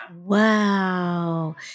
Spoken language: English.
Wow